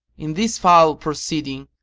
in this foul proceeding,